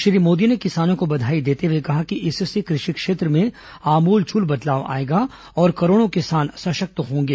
श्री मोदी ने किसानों को बधाई देते हुए कहा कि इससे कृषि क्षेत्र में आमूलचूल बदलाव आएगा और करोड़ों किसान सशक्त होंगे